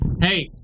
Hey